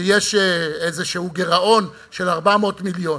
שיש איזשהו גירעון של 400 מיליון.